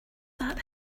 that